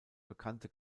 bekannte